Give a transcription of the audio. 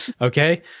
Okay